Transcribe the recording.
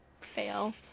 Fail